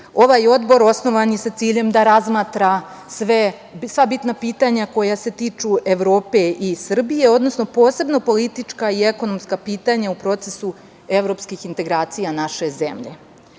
Odbor osnovan je sa ciljem da razmatra sva bitna pitanja koja se tiču Evrope i Srbije, odnosno posebno politička i ekonomska pitanja u procesu evropskih integracija naše zemlje. Kada